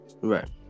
right